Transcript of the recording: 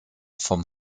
vom